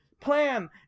plan